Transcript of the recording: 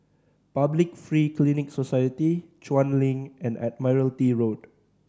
Public Free Clinic Society Chuan Link and Admiralty Road